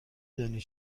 دانی